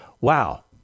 wow